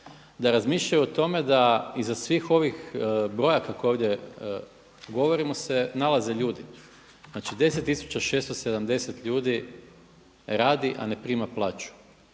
da razmišljaju o tome da iza svih ovih brojaka koje ovdje govorimo se nalaze ljudi. Znači 10 tisuća 670 ljudi radi a ne prima plaću,